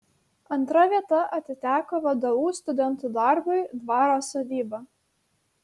antra vieta atiteko vdu studentų darbui dvaro sodyba